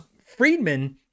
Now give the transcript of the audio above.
Friedman